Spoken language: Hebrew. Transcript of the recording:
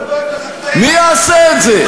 מי יעשה את זה?